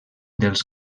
dels